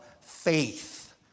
faith